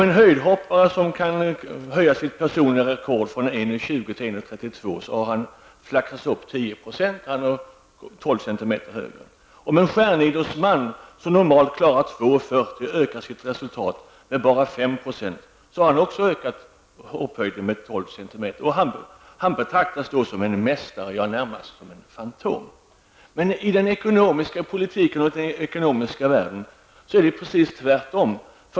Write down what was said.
Om en höjdhoppare kan höja sitt personliga rekord från 1,20 meter till 1,32 meter, har han flaxat sig upp 10 % och hoppat 12 centimeter högre. Om en stjärnidrottsman som normalt klarar 2,40 meter ökar sitt resultat med endast 5 %, har han också ökat hopphöjden med 12 centimeter. Han betraktas då som en mästare, ja närmast som en fantom. Men i den ekonomiska politiken och i den ekonomiska världen är det precis tvärtom.